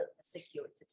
security